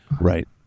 Right